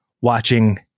watching